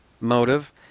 motive